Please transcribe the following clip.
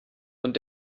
und